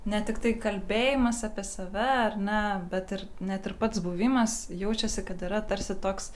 ne tiktai kalbėjimas apie save ar ne bet ir net ir pats buvimas jaučiasi kad yra tarsi toks